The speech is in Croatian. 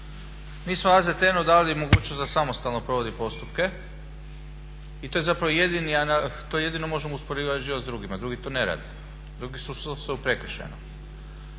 mi smo AZTN-u dali mogućnost da samostalno provodi postupke i to zapravo jedino možemo uspoređivati s drugima, drugi to ne rade, drugi su … u prekršajnom.